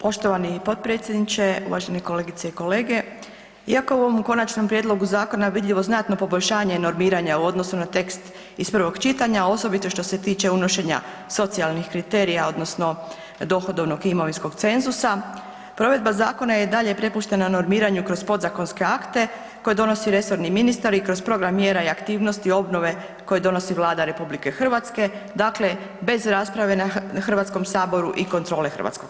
Poštovani potpredsjedniče, uvaženi kolegice i kolege, iako je u ovom konačnom prijedlogu zakona vidljivo znatno poboljšanje i normiranje u odnosu na tekst iz prvog čitanja, osobito što se tiče unošenja socijalnih kriterija odnosno dohodovnog i imovinskog cenzusa, provedba zakona je i dalje prepuštena normiranju kroz podzakonske akte koje donosi resorni ministar i kroz program mjera i aktivnosti obnove koje donosi Vlada RH, dakle bez rasprave na HS i kontrole HS.